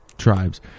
Tribes